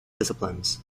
disciplines